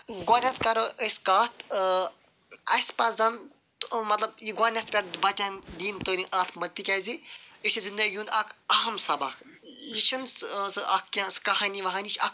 گۄڈنٮ۪تھ کَرو أسۍ کتھ اسہِ پَزَن مَطلَب یہِ گۄڈنٮ۪تھ پٮ۪ٹھ بَچَن دِنۍ تٲلیٖم اتھ مَنٛز تکیازِ یہِ چھُ زِندگی ہُنٛد اکھ اہم سَبَق یہِ چھِنہٕ سُہ اَکھ کینٛہہ کہانی وہانی یہِ چھ اکھ